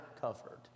covered